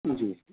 जी